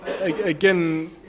again